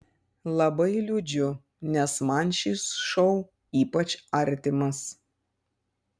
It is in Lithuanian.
labai liūdžiu nes man šis šou ypač artimas